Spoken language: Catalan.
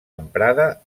emprada